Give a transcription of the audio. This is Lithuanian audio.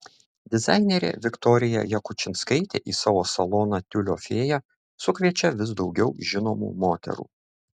dizainerė viktorija jakučinskaitė į savo saloną tiulio fėja sukviečia vis daugiau žinomų moterų